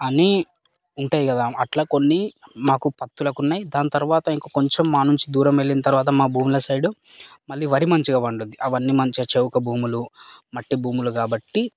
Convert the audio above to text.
అని ఉంటాయి కదా అట్లా కొన్ని మాకు పత్తులకు ఉన్నాయి దాని తర్వాత ఇంక కొంచం మా నుంచి దూరం వెళ్ళిన తర్వాత మా భూముల సైడ్ మళ్లీ వరి మంచిగా పండుద్ది అవన్నీ మంచి చౌక భూములు మట్టిభూములు కాబట్టి